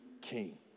king